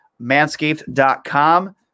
Manscaped.com